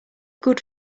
good